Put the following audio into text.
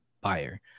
buyer